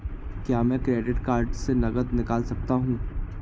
क्या मैं credit card से नकद निकाल सकता हूँ?